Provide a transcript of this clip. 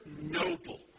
noble